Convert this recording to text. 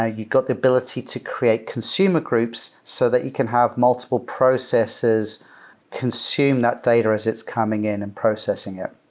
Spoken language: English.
ah you got the ability to create consumer groups so that you can have multiple processes consume that data as it's coming in and processing it.